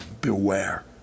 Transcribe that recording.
beware